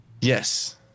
Yes